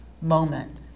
moment